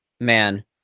Man